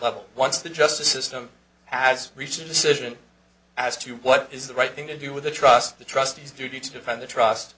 level once the justice system has reached a decision as to what is the right thing to do with the trust the trustees duty to defend the trust